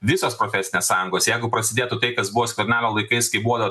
visos profesinės sąjungos jeigu prasidėtų tai kas buvo skvernelio laikais kai buvo